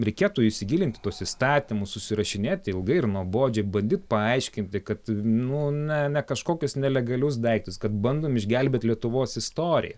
reikėtų įsigilint į tuos įstatymus susirašinėt ilgai ir nuobodžiai bandyt paaiškinti kad nu ne ne kažkokius nelegalius daiktus kad bandom išgelbėt lietuvos istoriją